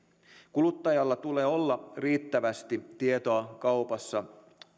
kuluttajalla tulee olla riittävästi tietoa kaupassa